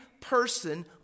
person